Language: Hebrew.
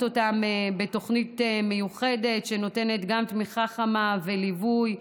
אותם בתוכנית מיוחדת שנותנת גם תמיכה חמה וליווי,